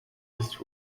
this